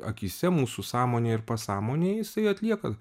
akyse mūsų sąmonėj ir pasąmonėj jisai atlieka